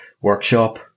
workshop